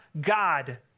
God